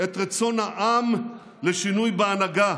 את רצון העם לשינוי בהנהגה,